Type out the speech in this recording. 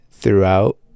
throughout